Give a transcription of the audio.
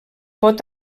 pot